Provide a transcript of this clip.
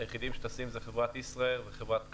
היחידים שטסים זה חברת ישראייר וחברת קאל.